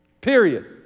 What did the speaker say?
Period